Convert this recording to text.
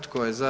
Tko je za?